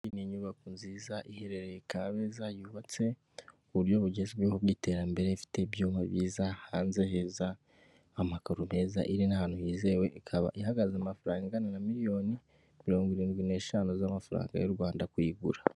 Inyubako nziza iherereye Kabeza, yubatse ku buryo bugezweho bw'iterambere, ifite ibyuyuma byiza, hanze heza, amakaro meza, iri n'ahantu hizewe. Ikaba ihagaze amafaranga angana, na miliyoni mirongo irindwi n'eshanu, z'amafaranga y'u Rwanda, kuyigura.